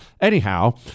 Anyhow